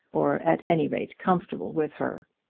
or, at any rate, comfortable with her.